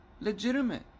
legitimate